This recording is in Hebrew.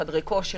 חדרי כושר,